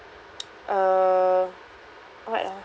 uh what ah